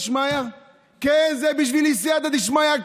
זה בשבילך סייעתא דשמיא?